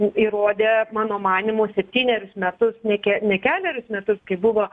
nu įrodė mano manymu septynerius metus nė ke ne kelerius metus kai buvo